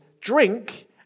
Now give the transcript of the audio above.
drink